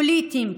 פוליטיים,